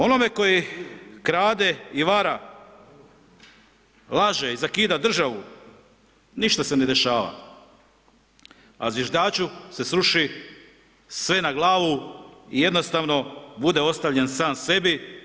Onome koji krade i vara, laže i zakida državu, ništa se ne dešava, a zviždaču se sruši sve na glavu i jednostavno bude ostavljen sam sebi.